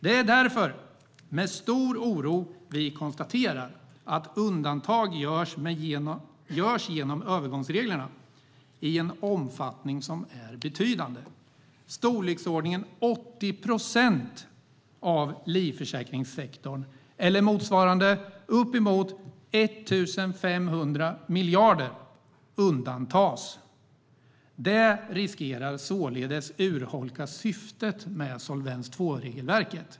Det är därför med stor oro vi konstaterar att undantag görs genom övergångsreglerna i en omfattning som är betydande. Storleksordningen 80 procent av livförsäkringssektorn eller motsvarande uppemot 1 500 miljarder undantas. Detta riskerar således att urholka syftet med Solvens II-regelverket.